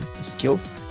skills